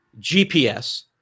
GPS